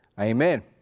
Amen